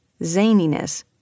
zaniness